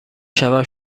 شوم